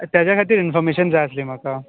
तेज्या खातीर इन्फोरमेशन जाय आसली म्हाका